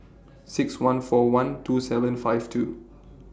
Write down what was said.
six one four one two seven five two